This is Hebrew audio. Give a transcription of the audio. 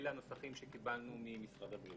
אלה הנוסחים שקיבלנו ממשרד הבריאות.